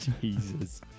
Jesus